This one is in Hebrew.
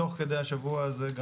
תוך כדי השבוע הזה,